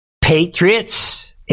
patriots